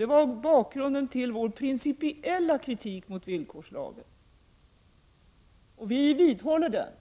Det var bakgrunden till vår principiella kritik mot villkorslagen, och vi vidhåller den kritiken.